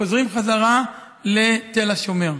וחוזרים חזרה לתל השומר.